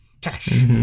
Cash